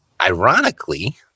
ironically